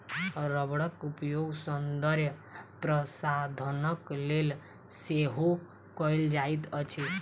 रबड़क उपयोग सौंदर्य प्रशाधनक लेल सेहो कयल जाइत अछि